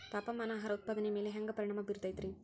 ತಾಪಮಾನ ಆಹಾರ ಉತ್ಪಾದನೆಯ ಮ್ಯಾಲೆ ಹ್ಯಾಂಗ ಪರಿಣಾಮ ಬೇರುತೈತ ರೇ?